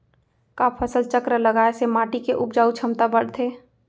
का फसल चक्र लगाय से माटी के उपजाऊ क्षमता बढ़थे?